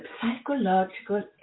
psychological